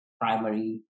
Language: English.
primary